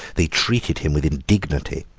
they treated him with indignity.